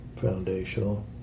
foundational